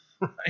Right